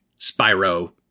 Spyro